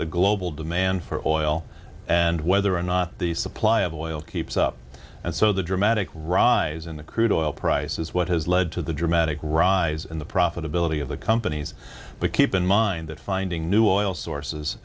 the global demand for oil and whether or not the supply of oil keeps up and so the dramatic rise in the crude oil prices what has led to the dramatic rise in the profitability of the companies but keep in mind that finding new oil sources